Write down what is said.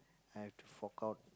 I have to fork out